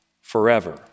forever